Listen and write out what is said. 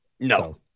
No